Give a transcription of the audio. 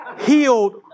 healed